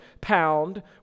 pound